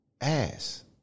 ass